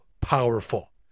powerful